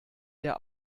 der